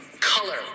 color